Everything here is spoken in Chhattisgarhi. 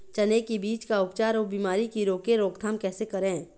चने की बीज का उपचार अउ बीमारी की रोके रोकथाम कैसे करें?